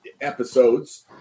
episodes